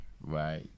Right